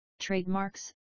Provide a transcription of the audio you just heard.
trademarks